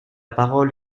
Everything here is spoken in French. parole